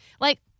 Like-